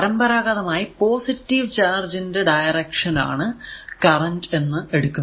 പരമ്പരാഗതമായി positive charge ന്റെ direction ആണ് കറന്റ് എന്ന് എടുക്കുന്നത്